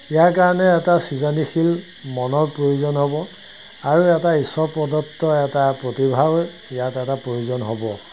ইয়াৰ কাৰণে এটা সৃজনীশীল মনৰ প্ৰয়োজন হ'ব আৰু এটা ঈশ্বৰ প্ৰদত্ত্ব এটা প্ৰতিভাৰ ইয়াত এটা প্ৰয়োজন হ'ব